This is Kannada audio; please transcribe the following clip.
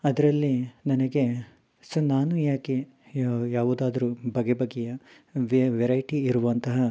ಅದರಲ್ಲಿ ನನಗೆ ಸೊ ನಾನು ಯಾಕೆ ಯಾವುದಾದರೂ ಬಗೆ ಬಗೆಯ ವೆರೈಟಿ ಇರುವಂತಹ